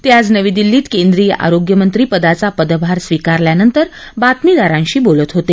ते आज नवी दिल्लीत केंद्रीय आरोग्यमंत्री पदाचा पदभार स्वीकारल्यानंतर बातमीदारांशी बोलत होते